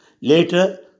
Later